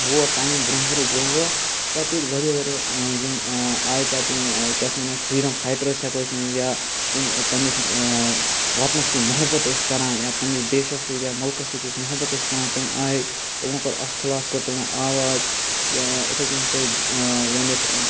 ووت ٹایم برونٛہہ برونٛہہ برونٛہہ برونٛہہ پَتہٕ تُلۍ واریاہ واریاہ یِم آے پَتہٕ یِم کیٛاہ چھِ وَنان فرٛیٖڈَم فایٹٲرٕس ہیٚکو أسۍ ؤنِتھ یا یِم پَننِس وَطنس سۭتۍ محبت ٲسۍ کَران یا پنِنس دیشَس سۭتۍ یا ملکَس سۭتۍ ٲسۍ محبت ٲسۍ کَران تِم آے تِمو کوٚر اَتھ خلاف کٔر تمو آواز یا اِتھے کنۍ ہی۪کو أسۍ ؤنِتھ